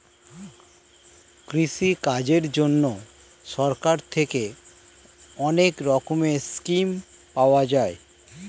কৃষিকাজের জন্যে সরকার থেকে অনেক রকমের স্কিম পাওয়া যায়